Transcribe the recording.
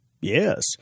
Yes